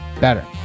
better